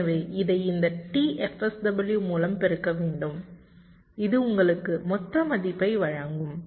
எனவே இதை இந்த T fSW மூலம் பெருக்க வேண்டும் இது உங்களுக்கு மொத்த மதிப்பை வழங்கும்